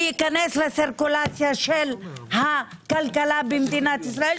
וייכנס למעגל של הכלכלה במדינת ישראל,